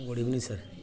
good evening sir